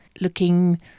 looking